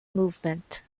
movement